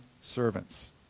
servants